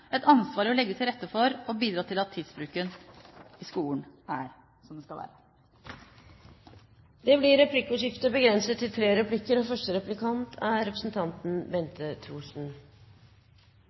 ansvar å legge til rette for å bidra til at tidsbruken i skolen er som den skal være. Det blir replikkordskifte.